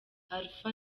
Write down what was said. alpha